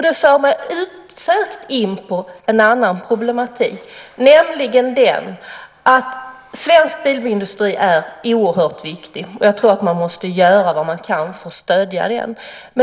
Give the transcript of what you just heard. Det för mig osökt in på en annan problematik, nämligen att svensk bilindustri är oerhört viktig. Jag tror att man måste göra vad man kan för att stödja den.